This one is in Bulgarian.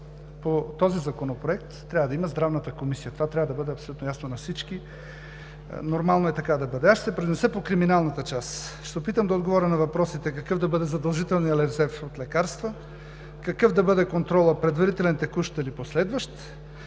по този Законопроект трябва да има Здравната комисия. Това трябва да бъде абсолютно ясно на всички. Нормално е така да бъде. Ще се произнеса по криминалната част. Ще се опитам да отговоря на въпросите какъв да бъде задължителният резерв от лекарства, какъв да бъде контролът – предварителен, текущ или последващ,